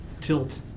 Tilt